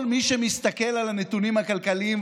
כל מי שמסתכל על הנתונים הכלכליים,